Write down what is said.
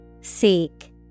Seek